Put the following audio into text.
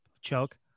Choke